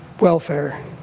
welfare